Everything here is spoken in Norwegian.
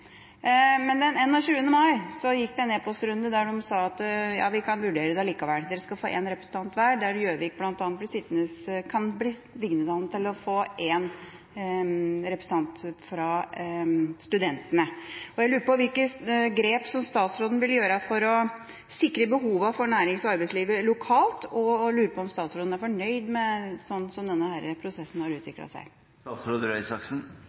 men det ville ikke styret i NTNU. De sa nei. Men den 21. mai gikk det en e-postrunde der de sa at de kunne vurdere det likevel. De andre skulle få én representant hver, og Gjøvik kunne ligge an til å få én representant fra studentene. Jeg lurer på hvilke grep statsråden vil gjøre for å sikre behovet til nærings- og arbeidslivet lokalt, og om statsråden er fornøyd med hvordan denne prosessen har